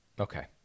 Okay